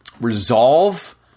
resolve